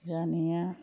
जानाया